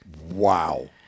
Wow